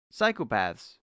Psychopaths